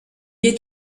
est